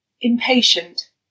Impatient